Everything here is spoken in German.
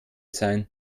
sein